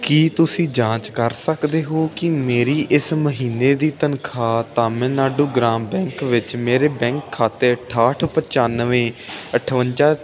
ਕੀ ਤੁਸੀਂ ਜਾਂਚ ਕਰ ਸਕਦੇ ਹੋ ਕਿ ਮੇਰੀ ਇਸ ਮਹੀਨੇ ਦੀ ਤਨਖਾਹ ਤਾਮਿਲਨਾਡੂ ਗ੍ਰਾਮ ਬੈਂਕ ਵਿੱਚ ਮੇਰੇ ਬੈਂਕ ਖਾਤੇ ਅਠਾਹਠ ਪਚਾਨਵੇਂ ਅਠਵੰਜਾ